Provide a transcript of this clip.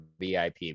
VIP